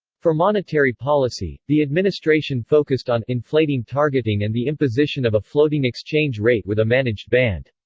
for monetary policy, the administration focused on inflating targeting and the imposition of a floating exchange rate with a managed band.